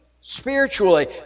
spiritually